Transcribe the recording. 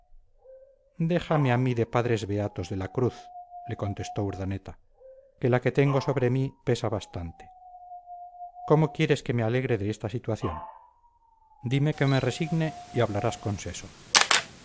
déjame a mí de padres beatos de la cruz le contestó urdaneta que la que tengo sobre mí pesa bastante cómo quieres que me alegre de esta situación dime que me resigne y hablarás